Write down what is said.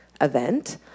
event